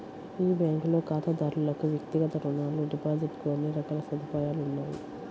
ఈ బ్యాంకులో ఖాతాదారులకు వ్యక్తిగత రుణాలు, డిపాజిట్ కు అన్ని రకాల సదుపాయాలు ఉన్నాయి